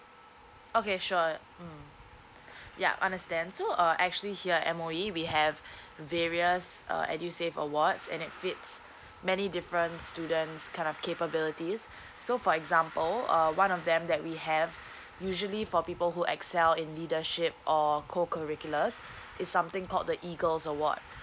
okay sure mm yup understand so uh actually here at M_O_E we have various uh edusave awards and it fits many different students kind of capabilities so for example uh one of them that we have usually for people who excel in leadership or co curricular it's something called the EAGLES award